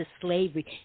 slavery